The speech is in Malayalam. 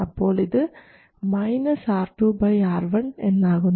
അപ്പോൾ ഇത് R2 R1 എന്നാകുന്നു